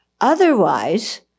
Otherwise